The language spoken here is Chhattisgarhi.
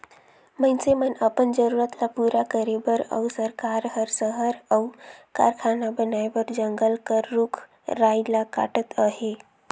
मइनसे मन अपन जरूरत ल पूरा करे बर अउ सरकार हर सहर अउ कारखाना बनाए बर जंगल कर रूख राई ल काटत अहे